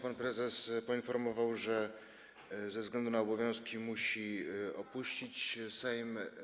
Pan prezes poinformował, że ze względu na inne obowiązki musi opuścić Sejm.